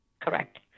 Correct